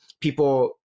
people